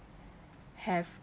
have